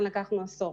לכן לקחנו עשור.